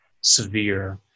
severe